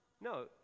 No